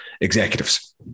executives